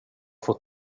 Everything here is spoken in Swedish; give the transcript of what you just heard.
fått